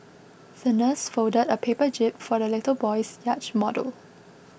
the nurse folded a paper jib for the little boy's yacht model